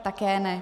Také ne.